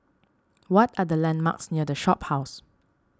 what are the landmarks near the Shophouse